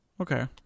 Okay